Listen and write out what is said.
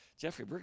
Jeffrey